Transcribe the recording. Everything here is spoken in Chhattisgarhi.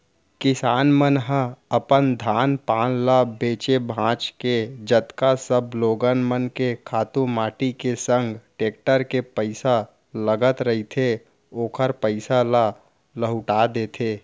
किसान मन ह अपन धान पान ल बेंच भांज के जतका सब लोगन मन के खातू माटी के संग टेक्टर के पइसा लगत रहिथे ओखर पइसा ल लहूटा देथे